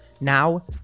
Now